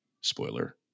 Spoiler